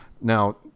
Now